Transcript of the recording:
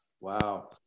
wow